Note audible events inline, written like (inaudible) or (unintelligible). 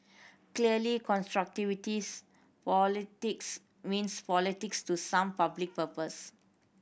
clearly (unintelligible) politics means politics to some public purpose